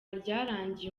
ryarangiye